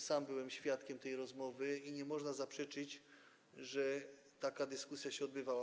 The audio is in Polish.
Sam byłem świadkiem tej rozmowy i nie można zaprzeczyć, że taka dyskusja się odbywała.